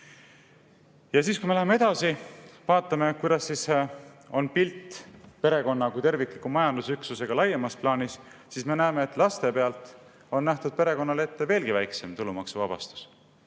öelda. Kui me läheme edasi, vaatame, kuidas on pilt perekonna kui tervikliku majandusüksusega laiemas plaanis, siis me näeme, et laste pealt on perekonnale ette nähtud veelgi väiksem tulumaksuvabastus.